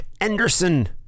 Anderson